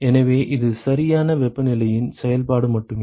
எனவே இது சரியான வெப்பநிலையின் செயல்பாடு மட்டுமே